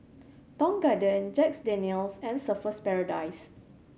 Tong Garden Jack Daniel's and Surfer's Paradise